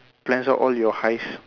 plans out all your heist